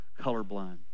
colorblind